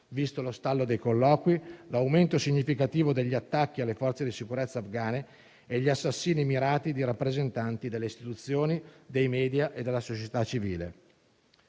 visti lo stallo dei colloqui, l'aumento significativo degli attacchi alle forze di sicurezza afghane e gli assassinî mirati di rappresentanti delle istituzioni, dei *media* e della società civile.